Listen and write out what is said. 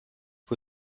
que